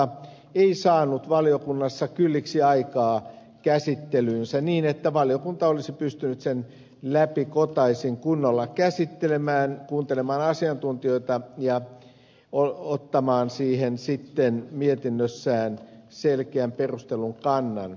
tämän käsittelyyn ei saatu valiokunnassa kylliksi aikaa niin että valiokunta olisi pystynyt sen kunnolla käsittelemään kuuntelemaan asiantuntijoita ja ottamaan siihen mietinnössään selkeän perustellun kannan